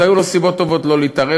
והיו לו סיבות טובות לא להתערב,